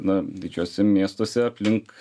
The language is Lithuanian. na didžiuosiuose miestuose aplink